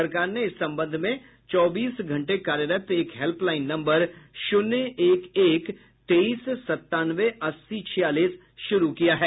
सरकार ने इस संबंध में चौबीस घंटे कार्यरत एक हेल्पलाइन नम्बर शून्य एक एक तेईस सत्तानबे अस्सी छियालीस शुरू किया है